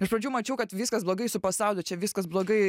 iš pradžių mačiau kad viskas blogai su pasauliu čia viskas blogai